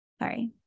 Sorry